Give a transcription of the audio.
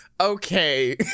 okay